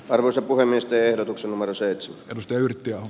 arvoisa puhemies ehdotuksen marseilles mustia yrttiaho